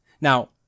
Now